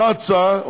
אותה הצעה,